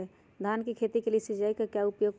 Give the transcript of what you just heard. धान की खेती के लिए सिंचाई का क्या उपयोग करें?